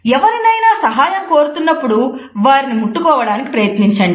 ఎవరినైనా సహాయం కోరుతున్నపుడు వారిని ముట్టుకోవడానికి ప్రయత్నించండి